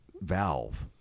valve